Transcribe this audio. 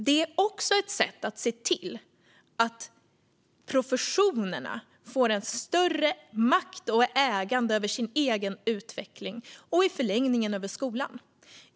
Det är också ett sätt att se till att professionerna får en större makt och ett ägande över sin egen utveckling och i förlängningen över skolan.